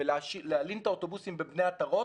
ולהלין את האוטובוסים בבני עטרות,